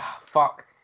Fuck